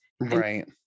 right